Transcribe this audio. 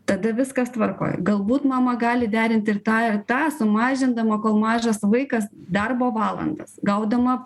tada viskas tvarkoj galbūt mama gali derinti ir tą ir tą sumažindama kol mažas vaikas darbo valandas gaudama